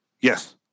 Yes